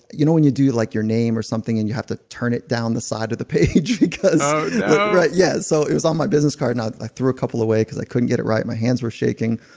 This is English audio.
you know when you do like your name or something and you have to turn it down the side of the page because right yes, so it was on my business card and i like threw a couple away cause i couldn't get it right. my hands were shaking.